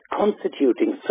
constituting